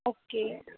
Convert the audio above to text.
okay